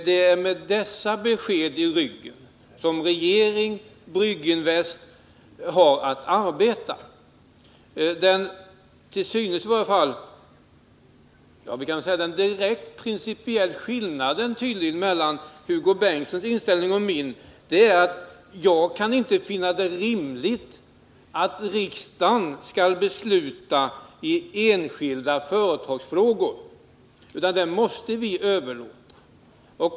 Det är med detta besked i ryggen som regeringen och Brygginvest har att arbeta. Den direkta principiella skillnaden mellan Hugo Bengtsson och mig är att jag inte kan finna det rimligt att riksdagen skall besluta i enskilda företagsfrågor, utan det måste vi överlåta.